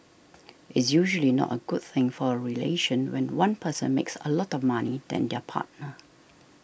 it's usually not a good thing for a relation when one person makes a lot more money than their partner